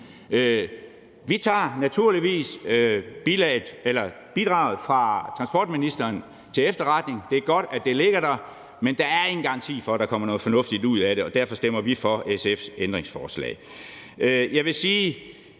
Vi tager naturligvis bidraget fra transportministeren til efterretning. Det er godt, at det ligger der, men der er ingen garanti for, at der kommer noget fornuftigt ud af det – og derfor stemmer vi for SF's ændringsforslag. Nu bliver